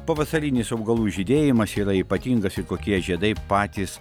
pavasarinis augalų žydėjimas yra ypatingas ir kokie žiedai patys